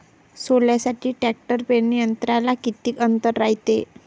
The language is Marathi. सोल्यासाठी ट्रॅक्टर पेरणी यंत्रात किती अंतर रायते?